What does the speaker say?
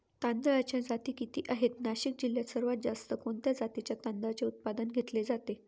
तांदळाच्या जाती किती आहेत, नाशिक जिल्ह्यात सर्वात जास्त कोणत्या जातीच्या तांदळाचे उत्पादन घेतले जाते?